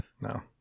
No